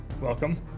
welcome